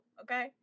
okay